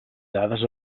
dades